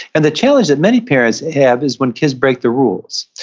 and the challenge that many parents have is when kids break the rules,